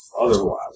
otherwise